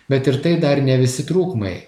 bet ir tai dar ne visi trūkumai